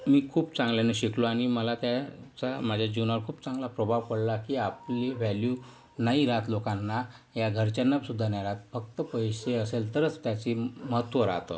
मी खूप चांगल्याने शिकलो आणि मला त्याचा माझ्या जीवनावर खूप चांगला प्रभाव पडला की आपली व्हॅल्यू नाही राहत लोकांना या घरच्यांनासुद्धा नाही राहत फक्त पैसे असेल तरच त्याचे महत्त्व राहतं